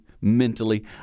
mentally